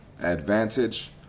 advantage